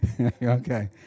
Okay